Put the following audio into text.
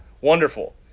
Wonderful